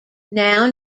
now